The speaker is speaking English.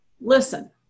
Listen